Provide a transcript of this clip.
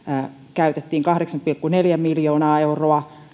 käytettiin kahdeksan pilkku neljä miljoonaa euroa